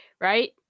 right